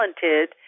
talented